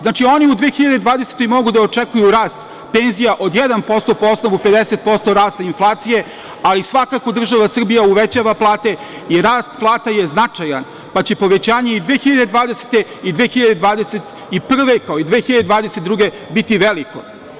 Znači, oni u 2020. godini mogu da očekuju rast penzija od 1% po osnovu 50% rasta inflacije, ali svakako država Srbija uvećava plate i rast plata je značajan, pa će povećanje i 2020, 2021, kao i 2022. godine biti veliko.